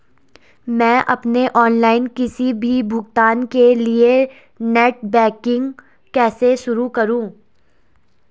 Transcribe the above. मैं अपने ऑनलाइन किसी भी भुगतान के लिए नेट बैंकिंग कैसे शुरु करूँ?